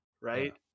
right